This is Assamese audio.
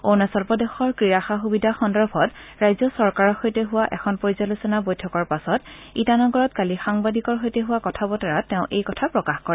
অৰুণাচল প্ৰদেশৰ ক্ৰীড়া সা সুবিধা সন্দৰ্ভত ৰাজ্য চৰকাৰৰ সৈতে হোৱা এখন পৰ্যালোচনা বৈঠকৰ পাছত ইটানগৰত কালি সাংবাদিকৰ সৈতে হোৱা কথা বতৰাত তেওঁ এই কথা প্ৰকাশ কৰে